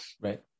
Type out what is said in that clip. Right